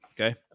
Okay